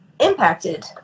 impacted